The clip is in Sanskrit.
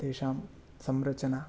तेषां संरचना